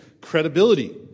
credibility